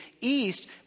east